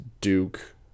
Duke